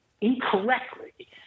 incorrectly